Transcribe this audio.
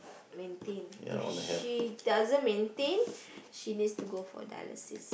maintain if she doesn't maintain she needs to go for dialysis